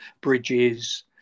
bridges